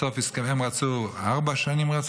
האוצר רצה ארבע שנים,